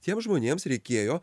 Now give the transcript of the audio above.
tiems žmonėms reikėjo